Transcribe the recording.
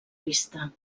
vista